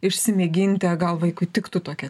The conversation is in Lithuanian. išsimėginti o gal vaikui tiktų tokia